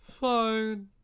Fine